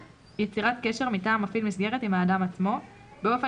יצירת קשר מטעם מפעיל מסגרת עם האדם עצמו באופן